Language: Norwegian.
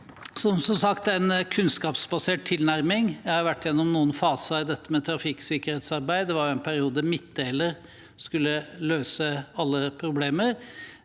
Som sagt: kunnskapsbasert tilnærming. Jeg har vært gjennom noen faser i dette med trafikksikkerhetsarbeid. Det var en periode at midtdeler skulle løse alle problemer.